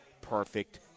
perfect